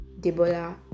debola